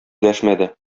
дәшмәде